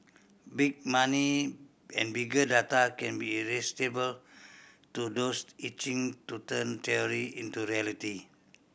big money and bigger data can be irresistible to those itching to turn theory into reality